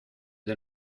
del